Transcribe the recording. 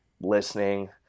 listening